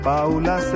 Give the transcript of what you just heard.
Paula